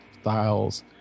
styles